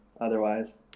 otherwise